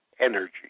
energy